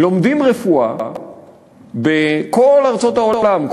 לומדים רפואה בכל ארצות העולם,